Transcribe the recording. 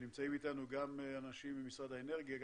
ונמצאים אתנו גם אנשים ממשרד האנרגיה,